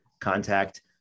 contact